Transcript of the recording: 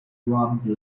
robbed